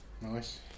Nice